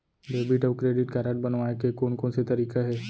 Debit अऊ credit card बनवाए के कोन कोन से तरीका हे?